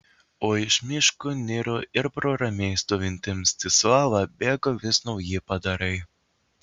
o iš miško niro ir pro ramiai stovintį mstislavą bėgo vis nauji padarai